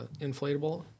inflatable